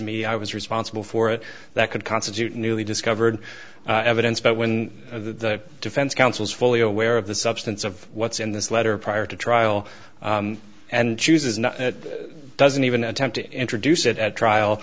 me i was responsible for it that could constitute a newly discovered evidence but when the defense counsels fully aware of the substance of what's in this letter prior to trial and chooses not doesn't even attempt to introduce it at trial